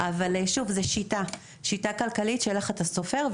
אבל שוב, זה שיטה, שיטה כלכלית איך אתה סופר.